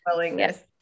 Yes